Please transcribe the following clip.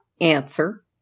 answer